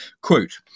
quote